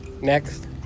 Next